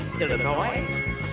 illinois